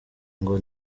ngo